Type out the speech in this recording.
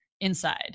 inside